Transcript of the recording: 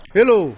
Hello